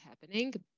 happening